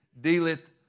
dealeth